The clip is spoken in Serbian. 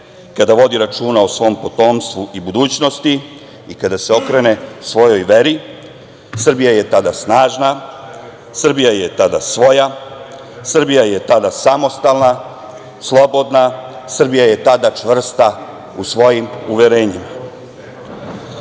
kada vodi računa o svom potomstvu i budućnosti, i kada se okrene svojoj veri. Srbija je tada snažna, Srbija je tada svoja, Srbija je tada samostalna, slobodna, Srbija je tada čvrsta u svojim uverenjima. Takvu